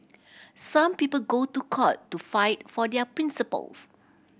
some people go to court to fight for their principles